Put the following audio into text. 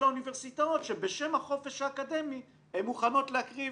האוניברסיטאות שבשם החופש האקדמי הן מוכנות להקריב